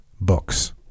books